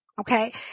Okay